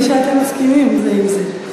נדמה לי שאתם מסכימים זה עם זה.